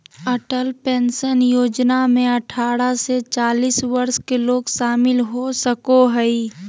Atal pension योजना में अठारह से चालीस वर्ष के लोग शामिल हो सको हइ